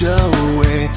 away